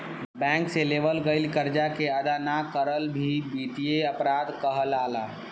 bank से लेवल गईल करजा के अदा ना करल भी बित्तीय अपराध कहलाला